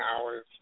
hours